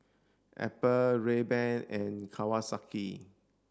Apple Rayban and Kawasaki